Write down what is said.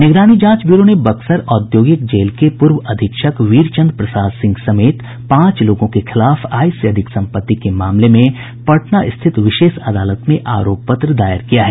निगरानी जांच ब्यूरो ने बक्सर औद्योगिक जेल के पूर्व अधीक्षक वीरचंद प्रसाद सिंह समेत पांच लोगों के खिलाफ आय से अधिक संपत्ति के मामले में पटना स्थित विशेष अदालत में आरोप पत्र दायर किया है